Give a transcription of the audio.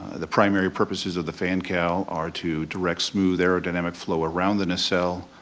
the primary purposes of the fan cowl are to direct smooth aerodynamic flow around the nacelle,